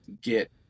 get